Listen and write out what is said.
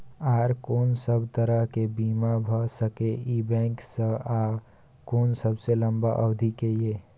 आर कोन सब तरह के बीमा भ सके इ बैंक स आ कोन सबसे लंबा अवधि के ये?